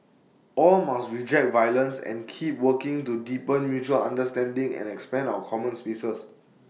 all must reject violence and keep working to deepen mutual understanding and expand our common spaces